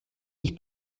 sich